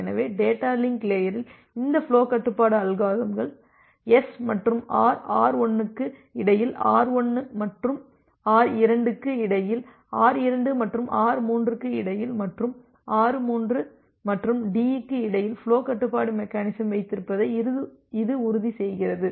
எனவே data link லேயரில் இந்த ஃபுலோ கட்டுப்பாட்டு அல்காரிதம்கள் S மற்றும் R R1 க்கு இடையில் R1 மற்றும் R2 க்கு இடையில் R2 மற்றும் R3 க்கு இடையில் மற்றும் R3 மற்றும் D க்கு இடையில் ஃபுலோ கட்டுப்பாட்டு மெக்கெனிசம் வைத்திருப்பதை இது உறுதி செய்கிறது